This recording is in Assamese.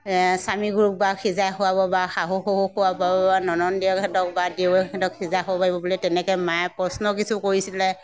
স্বামীগুৰুক বা সিজাই খুৱাব বা শাহু শহুক খুৱাব বা ননদ দেওৰহঁতক বা দেওৰেকহঁতক সিজাই খুৱাব পাৰিব বুলি তেনেকৈ মায়ে প্ৰশ্ন কিছু কৰিছিলে